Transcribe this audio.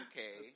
Okay